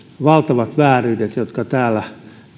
valtavat vääryydet jotka täällä